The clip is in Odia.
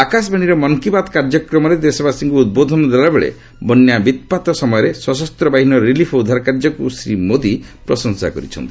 ଆକାଶବାଣୀର ମନ୍କିବାତ୍ କାର୍ଯ୍ୟକ୍ରମରେ ଦେଶବାସୀଙ୍କୁ ଉଦ୍ବୋଧନ ଦେଲାବେଳେ ବନ୍ୟା ବିତ୍ପାତ୍ ସମୟରେ ସଶସ୍ତ ବାହିନୀର ରିଲିଫ୍ ଓ ଉଦ୍ଧାର କାର୍ଯ୍ୟକୁ ଶ୍ରୀ ମୋଦି ପ୍ରଶଂସା କରିଛନ୍ତି